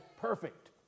perfect